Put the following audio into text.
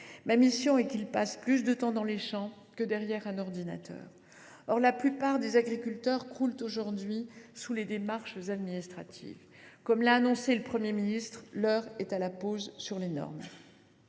l’agriculteur passe plus de temps dans les champs que derrière un ordinateur. Or la plupart des agriculteurs croulent aujourd’hui sous les démarches administratives. Comme l’a déclaré le Premier ministre, l’heure est à la pause sur les normes.